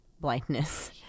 blindness